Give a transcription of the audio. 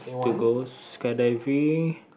to go skydiving